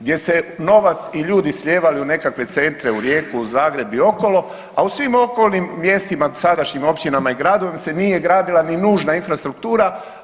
gdje se novac i ljudi slijevali u nekakve centre, u Rijeku, Zagreb i okolo, a u svim okolnim mjestima, sadašnjim općinama i gradovima se nije gradila ni nužna infrastruktura.